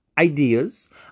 Ideas